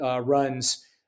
runs